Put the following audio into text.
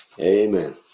amen